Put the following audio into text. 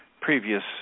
previous